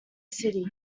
city